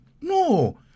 No